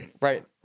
right